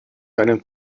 deinen